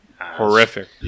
horrific